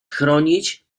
chronić